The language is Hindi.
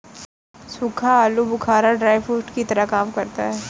सूखा आलू बुखारा ड्राई फ्रूट्स की तरह काम करता है